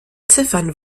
ziffern